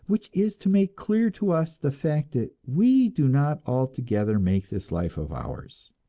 which is to make clear to us the fact that we do not altogether make this life of ours,